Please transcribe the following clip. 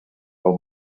del